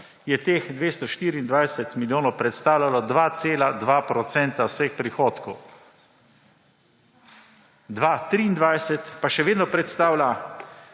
je teh 224 milijonov predstavljalo 2,2 procenta vseh prihodkov. 2023 pa še vedno predstavlja